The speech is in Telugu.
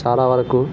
చాలా వరకు